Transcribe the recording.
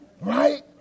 right